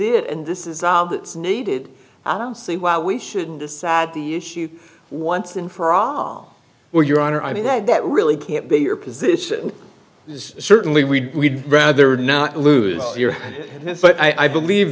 it and this is all that's needed i don't see why we shouldn't decide the issue once and for all or your honor i mean that that really can't be your position is certainly we rather not lose your head but i believe